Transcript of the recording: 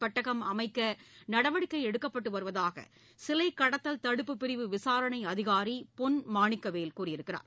பெட்டகம் அமைக்க நடவடிக்கை எடுக்கப்பட்டு வருவதாக சிலை கடத்தல் தடுப்பு பிரிவு விசாரணை அதிகாரி பொன்மாணிக்கவேல் கூறியிருக்கிறார்